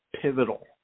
pivotal